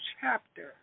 chapter